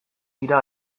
dira